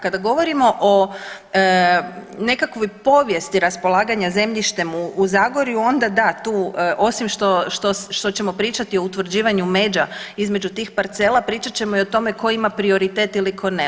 Kada govorimo nekakvoj povijesti raspolaganja zemljištem u Zagorju onda da, tu osim što ćemo pričati o utvrđivanju međa između tih parcela pričat ćemo i o tome tko ima prioritet ili tko ne.